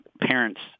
parents